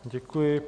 Děkuji.